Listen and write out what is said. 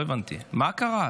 מה קרה?